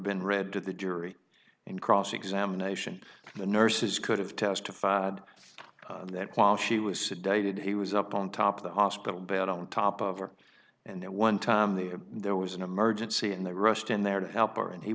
been read to the jury in cross examination the nurses could have testified that while she was sedated he was up on top of the hospital bed on top of her and at one time there there was an emergency in the rest in there to help her and he